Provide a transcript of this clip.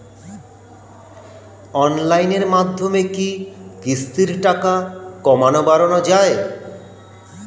অনলাইনের মাধ্যমে কি কিস্তির টাকা কমানো বাড়ানো যায়?